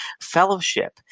Fellowship